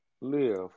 live